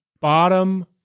bottom